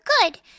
good